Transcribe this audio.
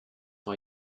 vor